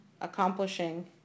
accomplishing